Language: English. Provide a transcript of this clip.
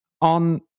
on